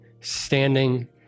standing